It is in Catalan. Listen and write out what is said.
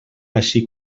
així